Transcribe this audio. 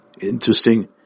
Interesting